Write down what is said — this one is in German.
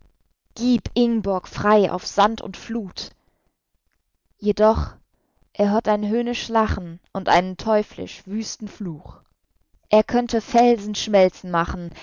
gieb ingborg frei auf sand und fluth jedoch er hört ein höhnisch lachen und einen teuflisch wüsten fluch er könnte felsen schmelzen machen